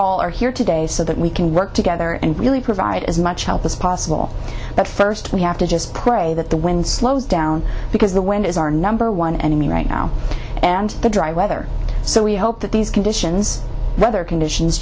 all are here today so that we can work together and really provide as much help as possible but first we have to just pray that the wind slows down because the wind is our number one enemy right now and the dry weather so we hope that these conditions weather conditions